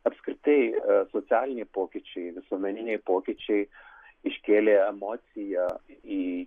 apskritai socialiniai pokyčiai visuomeniniai pokyčiai iškėlė emociją į